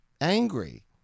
angry